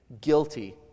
guilty